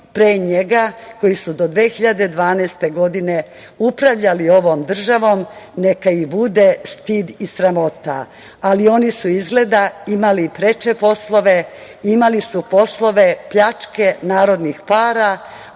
pre njega, koji su do 2012. godine upravljali ovom državom, neka ih bude stid i sramota, ali oni su izgleda imali preče poslove. Imali su poslove pljačke narodnih para,